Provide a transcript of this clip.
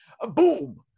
boom